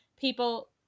people